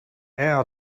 hour